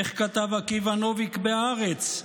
איך כתב עקיבא נוביק בהארץ?